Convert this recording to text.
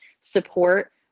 support